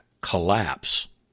collapse